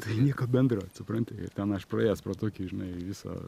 tai nieko bendro supranti ten aš praėjęs pro tokį žinai visą